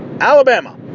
Alabama